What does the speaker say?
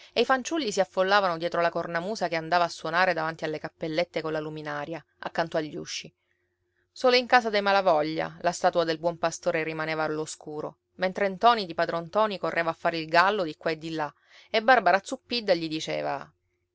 e i fanciulli si affollavano dietro la cornamusa che andava a suonare davanti alle cappellette colla luminaria accanto agli usci solo in casa dei malavoglia la statua del buon pastore rimaneva all'oscuro mentre ntoni di padron ntoni correva a fare il gallo di qua e di là e barbara zuppidda gli diceva